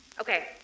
Okay